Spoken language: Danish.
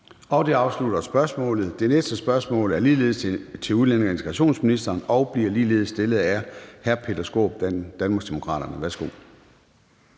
Det afslutter spørgsmålet. Det næste spørgsmål er ligeledes til udlændinge- og integrationsministeren og bliver ligeledes stillet af hr. Peter Skaarup, Danmarksdemokraterne. Kl.